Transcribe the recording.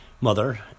mother